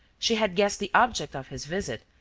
she had guessed the object of his visit,